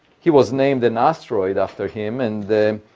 he, was named an asteroid after him and,